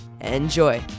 Enjoy